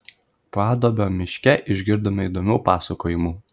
paduobio miške išgirdome įdomių pasakojimų